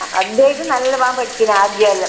ആ അദ്വൈത് നല്ലതാണ് പഠിച്ചിന് ആദ്യമെല്ലാം